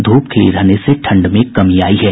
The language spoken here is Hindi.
धूप खिली रहने से ठंड में कमी आयी है